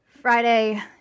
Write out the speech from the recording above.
Friday